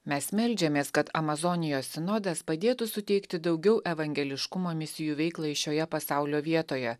mes meldžiamės kad amazonijos sinodas padėtų suteikti daugiau evangeliškumo misijų veiklai šioje pasaulio vietoje